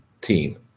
team